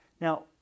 Now